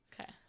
Okay